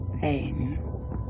Pain